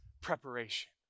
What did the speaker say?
preparation